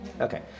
Okay